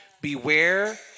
Beware